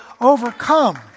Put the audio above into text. overcome